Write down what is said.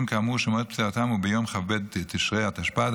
כאמור שמועד פטירתם הוא ביום כ"ב בתשרי התשפ"ד,